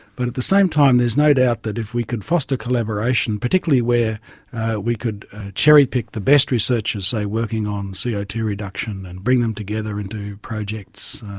but at the same time there is no doubt that if we can foster collaboration, particularly where we could cherry-pick the best researchers, say, working on c o two reduction, and bring them together into projects,